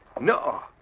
No